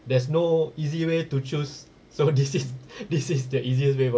there's no easy way to choose so this is this is the easiest bro